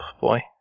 boy